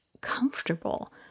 comfortable